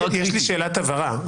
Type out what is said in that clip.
יש לי שאלת הבהרה.